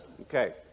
Okay